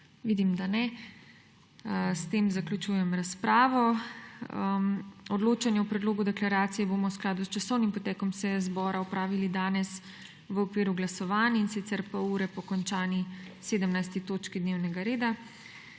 Vidim, da ne. S tem zaključujem razpravo. Odločanje o predlogu deklaracije bomo v skladu s časovnim potekom seje zbora opravili danes v okviru glasovanj, in sicer pol ure po končani 17. točki dnevnega reda.